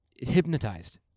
hypnotized